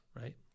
right